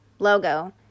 Logo